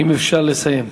אם אפשר לסיים.